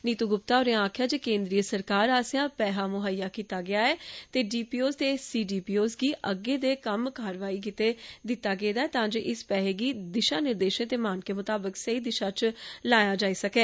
नितू गुप्ता होरें आक्खेआ जे केन्द्रीय सरकार आस्सेआ पैहा मुहइया कीता गेआ ऐ ते डीपीओएस ते सीडीपीओएस गी अग्गे दे कम्मे कारवाइए लेई दित्ता गेदा ऐ तां जे इस पैहे गी दिशा निर्देशें ते मानकें मताबक सेही दिशा च लाया जाई सकै